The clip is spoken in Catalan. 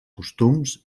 costums